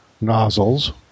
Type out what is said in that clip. nozzles